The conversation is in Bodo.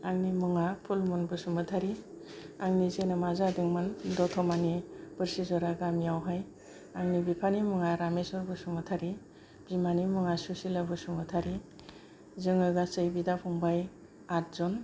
आंनि मुङा फुलमन बसुमतारी आंनि जोनोमा जादोंमोन दतमानि बोरसिजरा गामियावहाय आंनि बिफानि मुङा रामेस्वर बसुमतारी बिमानि मुङा सुसिला बसुमतारी जोङो गासै बिदा फंबाइ आद जन